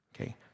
Okay